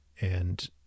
and-